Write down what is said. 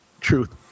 Truth